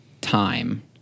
time